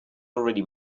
already